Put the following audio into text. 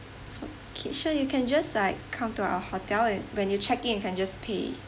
okay sure you can just like come to our hotel and when you check in you can just pay